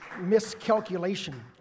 miscalculation